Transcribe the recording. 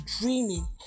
dreaming